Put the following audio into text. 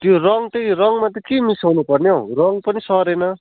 त्यो रङ चाहिँ रङमा चाहिँ के मिसाउनु पर्ने हो रङ पनि सरेन